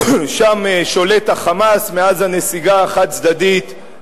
שם שולט ה"חמאס" מאז הנסיגה החד-צדדית,